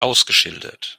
ausgeschildert